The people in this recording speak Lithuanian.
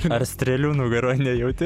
ar strėlių nugaroj nejauti